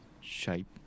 shape